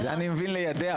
זה אני מבין ליידע,